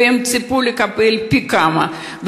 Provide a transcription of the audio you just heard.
והם ציפו לקבל פי כמה,